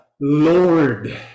Lord